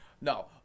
No